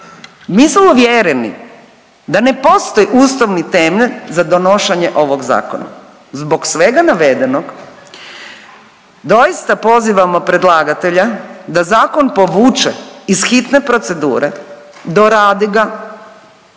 mi smo uvjereni da ne postoji ustavni temelj za donošenje ovog zakona. Zbog svega navedenog doista pozivamo predlagatelja da zakon povuče iz hitne procedure, doradi ga,